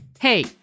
Hey